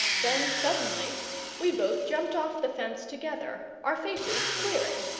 then suddenly we both jumped off the fence together, our faces clearing.